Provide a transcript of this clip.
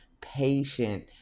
patient